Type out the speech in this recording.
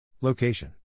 Location